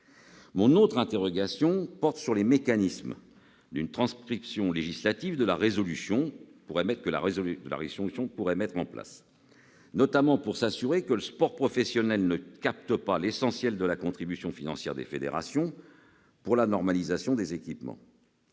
Mon autre interrogation porte sur les mécanismes qu'une transcription législative de la résolution pourrait mettre en place, notamment pour s'assurer que le sport professionnel ne capte pas l'essentiel de la contribution financière des fédérations pour la normalisation des équipements.